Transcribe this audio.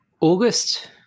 August